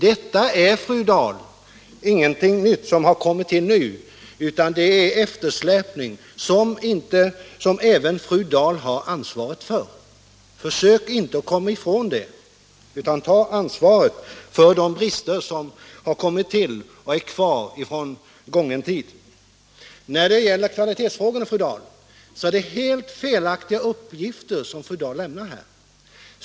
Det är, fru Dahl, ingenting nytt som har kommit till nu, utan det är en eftersläpning som även fru Dahl har ansvaret för. Försök inte komma ifrån detta utan ta ansvaret för de brister som uppkommit och som kvarstår från en gången tid! När det gäller kvalitetsfrågorna lämnar fru Dahl helt felaktiga uppgifter.